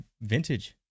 vintage